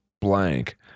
blank